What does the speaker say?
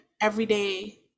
everyday